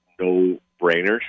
no-brainers